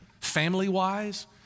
family-wise